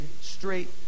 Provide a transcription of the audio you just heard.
straight